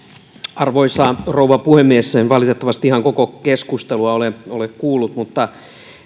arvoisa rouva puhemies en valitettavasti ihan koko keskustelua ole ole kuullut mutta